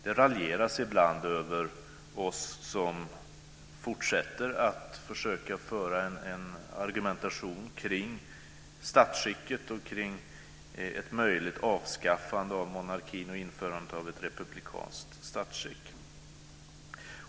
Det raljeras ibland över oss som fortsätter att försöka föra en argumentation kring statsskicket och kring ett möjligt avskaffande av monarkin och införandet av ett republikanskt statsskick.